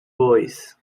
voice